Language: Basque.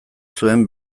zuen